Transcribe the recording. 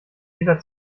jeder